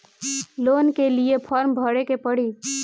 Loan के लिए form भरे के पड़ी?